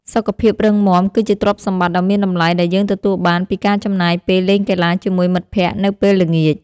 សុខភាពរឹងមាំ គឺជាទ្រព្យសម្បត្តិដ៏មានតម្លៃដែលយើងទទួលបានពីការចំណាយពេលលេងកីឡាជាមួយមិត្តភក្តិនៅពេលល្ងាច។